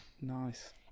Nice